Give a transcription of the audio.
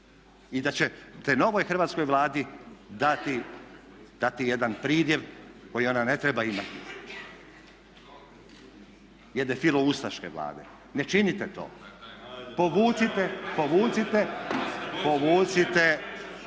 i da ćete novoj hrvatskoj Vladi dati jedan pridjev koji ona ne treba imati jedne filoustaške vlade. Ne činite to, povucite, povucite, povucite